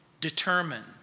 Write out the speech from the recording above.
determined